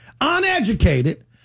uneducated